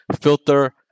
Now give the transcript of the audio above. filter